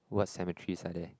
what cemeteries are there